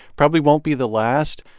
probably won't be the last.